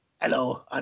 hello